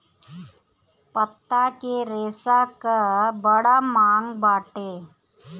पत्ता के रेशा कअ बड़ा मांग बाटे